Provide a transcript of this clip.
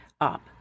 up